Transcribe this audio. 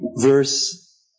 Verse